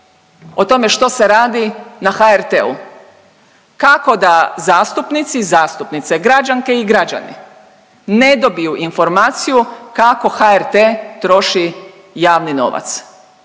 o tome što se radi na HRT-u, kako da zastupnici i zastupnice, građanke i građani ne dobiju informaciju kako HRT troši javni novac